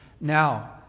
Now